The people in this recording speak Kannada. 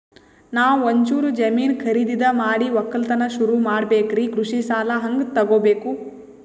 ನಾ ಒಂಚೂರು ಜಮೀನ ಖರೀದಿದ ಮಾಡಿ ಒಕ್ಕಲತನ ಸುರು ಮಾಡ ಬೇಕ್ರಿ, ಕೃಷಿ ಸಾಲ ಹಂಗ ತೊಗೊಬೇಕು?